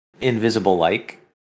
invisible-like